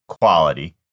quality